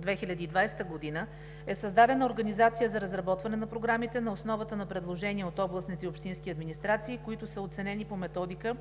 2020 г. е създадена организация за разработване на програмите на основата на предложения от областните и общински администрации, които са оценени по методика,